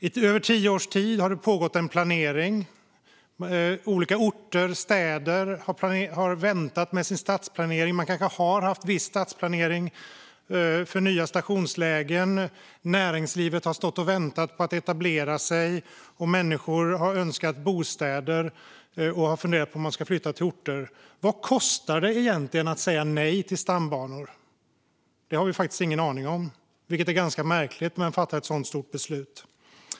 I över tio års tid har det pågått en planering. Olika orter och städer har väntat med sin stadsplanering. Man kanske har haft viss stadsplanering för nya stationslägen, näringslivet har stått och väntat på att etablera sig och människor har önskat bostäder och funderat på om man ska flytta till dessa orter. Vad kostar det egentligen att säga nej till stambanor? Det har vi faktiskt ingen aning om, vilket är ganska märkligt när man fattar ett så stort beslut.